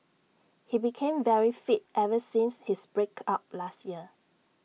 he became very fit ever since his break up last year